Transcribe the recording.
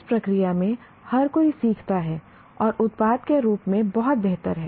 इस प्रक्रिया में हर कोई सीखता है और उत्पाद के रूप में बहुत बेहतर है